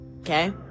Okay